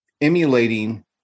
emulating